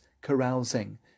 carousing